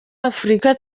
afurika